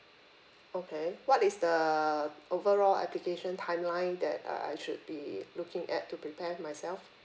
okay what is the overall application timeline that uh I should be looking at to prepare myself